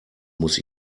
muss